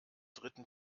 dritten